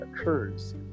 occurs